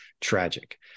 tragic